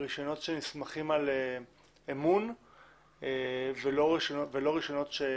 רישיונות שנסמכים על אמון ולא רישיונות או